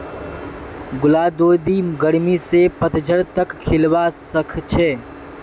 गुलदाउदी गर्मी स पतझड़ तक खिलवा सखछे